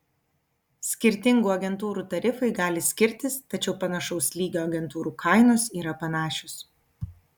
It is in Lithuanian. skirtingų agentūrų tarifai gali skirtis tačiau panašaus lygio agentūrų kainos yra panašios